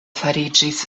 fariĝis